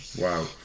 wow